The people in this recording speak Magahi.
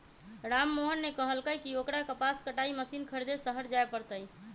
राममोहन ने कहल कई की ओकरा कपास कटाई मशीन खरीदे शहर जाय पड़ तय